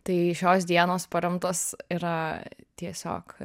tai šios dienos paremtos yra tiesiog